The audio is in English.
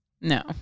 No